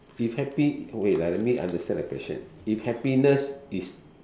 if happi~ wait ah let me understand the question if happiness is